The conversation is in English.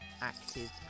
active